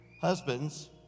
husbands